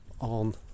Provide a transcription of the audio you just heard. on